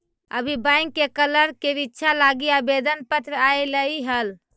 अभी बैंक के क्लर्क के रीक्षा लागी आवेदन पत्र आएलई हल